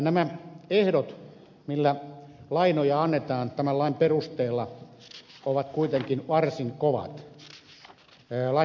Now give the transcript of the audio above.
nämä ehdot joilla lainoja annetaan tämän lain perusteella ovat kuitenkin varsin kovat